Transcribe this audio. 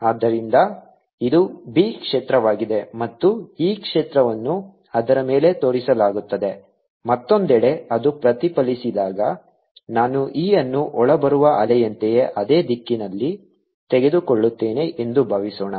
ಆದ್ದರಿಂದ ಇದು b ಕ್ಷೇತ್ರವಾಗಿದೆ ಮತ್ತು e ಕ್ಷೇತ್ರವನ್ನು ಅದರ ಮೇಲೆ ತೋರಿಸಲಾಗುತ್ತದೆ ಮತ್ತೊಂದೆಡೆ ಅದು ಪ್ರತಿಫಲಿಸಿದಾಗ ನಾನು e ಅನ್ನು ಒಳಬರುವ ಅಲೆಯಂತೆಯೇ ಅದೇ ದಿಕ್ಕಿನಲ್ಲಿ ತೆಗೆದುಕೊಳ್ಳುತ್ತೇನೆ ಎಂದು ಭಾವಿಸೋಣ